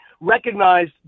recognize